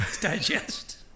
digest